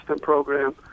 program